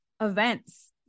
events